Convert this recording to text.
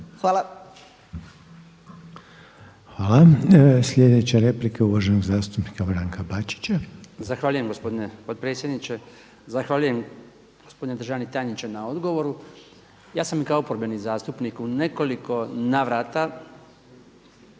(HDZ)** Hvala. Sljedeća replika je uvaženog zastupnika Branka Bačića. **Bačić, Branko (HDZ)** Zahvaljujem gospodine potpredsjedniče. Zahvaljujem gospodine državni tajniče na odgovoru. Ja sam i kao oporbeni zastupnik u nekoliko navrata